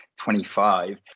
25